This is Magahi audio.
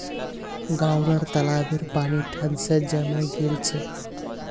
गांउर तालाबेर पानी ठंड स जमें गेल छेक